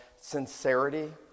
sincerity